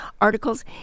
articles